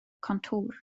kontor